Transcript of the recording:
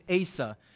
Asa